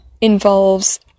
involves